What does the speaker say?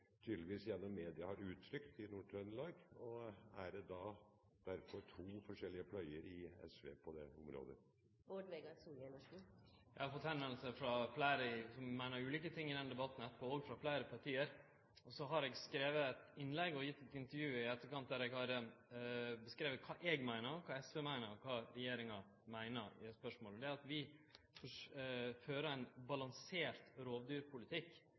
uttrykt i Nord-Trøndelag, og er det derfor to forskjellige fløyer i SV på det området? Eg har vorte kontakta av fleire som meiner ulike ting i den debatten, etterpå, og frå fleire parti. Så har eg skrive eit innlegg og gitt eit intervju i etterkant der eg har skrive kva eg meiner, kva SV meiner, og kva regjeringa meiner i det spørsmålet. Vi fører ein balansert rovdyrpolitikk, som byggjer på rovdyrforliket, der poenget er å ta vare på to omsyn. Det eine er at vi